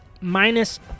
minus